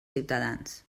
ciutadans